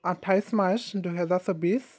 আঠাইছ মাৰ্চ দুহেজাৰ চৌবিছ